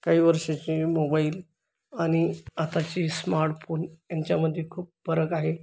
काही वर्षाचे मोबाईल आणि आत्ताचे स्मार्टफोन यांच्यामध्ये खूप फरक आहे